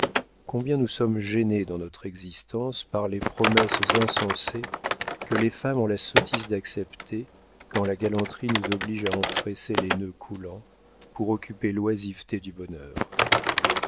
combien nous sommes gênés dans notre existence par les promesses insensées que les femmes ont la sottise d'accepter quand la galanterie nous oblige à en tresser les nœuds coulants pour occuper l'oisiveté du bonheur